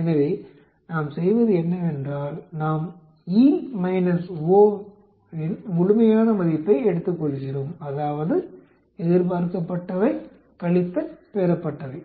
எனவே நாம் செய்வது என்னவென்றால் நாம் E - O இன் முழுமையான மதிப்பை எடுத்துக்கொள்கிறோம் அதாவது எதிர்பார்க்கப்பட்டவை பெறப்பட்டவை